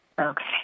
Okay